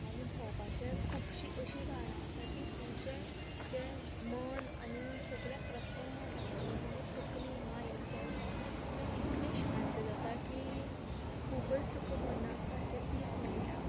आनी भोंवपाचे खुबशी अशीं कारणां आसात की तुजे जे मन आनी सगले प्रसन्न जाता तुजी जी तकली मायन्ड जे आसा ती इतले शांत जाता की खुबच तुका मना सारकें पीस मेळटा